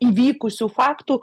įvykusių faktų